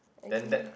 then that